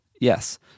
Yes